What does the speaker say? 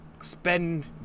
spend